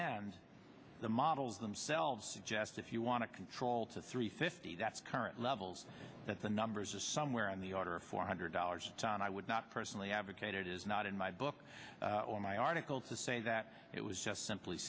end the models themselves suggest if you want to control to three fifty that's current levels that the numbers are somewhere in the order of four hundred dollars and i would not personally advocate it is not in my book or my article to say that it was just simply